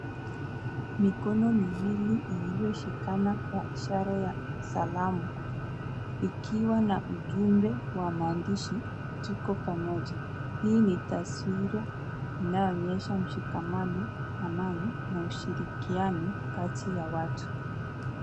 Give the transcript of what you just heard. Mikono miwili iliyoshikana kwenye ishara ya salamu ikiwa na ujumbe wa maandishi "tuko pamoja" hii ni taswira inayoonyesha ushikamano, amani na ushirikiano kati ya watu.